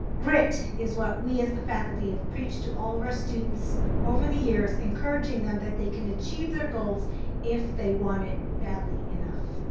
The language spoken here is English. grit is what we as the faculty have preached to all of our students over the years encouraging them that they can achieve their goals if they want it badly enough.